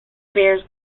bears